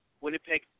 Winnipeg